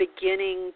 beginning